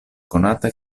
konata